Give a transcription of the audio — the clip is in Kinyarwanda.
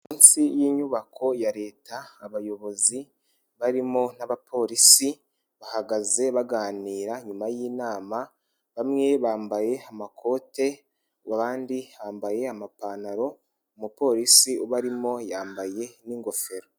Munsi y'inyubako ya Leta, abayobozi barimo abapolisi bahagaze baganira, inyuma y'inama bamwe bambaye amakote, abandi bambaye amapantaro, umupolisi ubarimo yambaye n'ingofero.